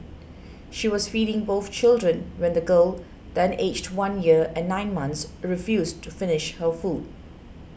she was feeding both children when the girl then aged one year and nine months refused to finish her food